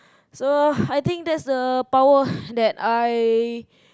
so I think that's the power that I